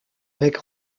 avec